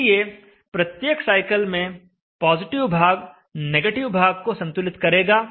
इसलिए प्रत्येक साइकिल में पॉजिटिव भाग नेगेटिव भाग को संतुलित करेगा